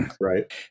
Right